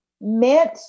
meant